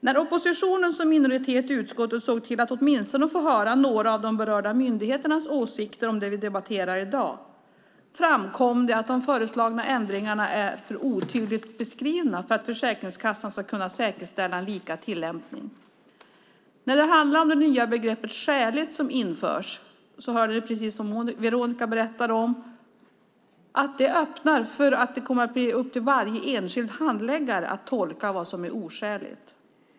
När oppositionen som minoritet i utskottet såg till att åtminstone få höra några av de berörda myndigheternas åsikter om det vi debatterar i dag framkom att de föreslagna ändringarna är för otydligt beskrivna för att Försäkringskassan ska kunna säkerställa en lika tillämpning. När det handlar om det nya begreppet skäligt som införs hörde vi som Veronica berättade om att det öppnar för att det kommer att bli upp till varje enskild handläggare att tolka vad som är oskäligt.